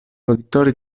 roditori